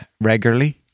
Regularly